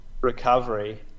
recovery